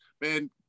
man